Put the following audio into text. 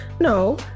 No